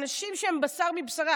אנשים שהם בשר מבשרה,